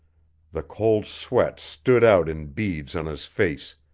the cold sweat stood out in beads on his face,